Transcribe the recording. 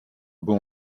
bon